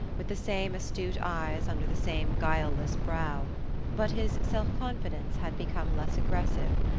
with the same astute eyes under the same guileless brow but his self-confidence had become less aggressive,